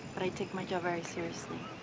but i take my job very seriously.